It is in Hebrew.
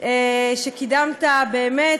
קידמת באמת,